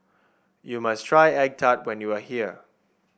you must try egg tart when you are here